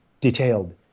detailed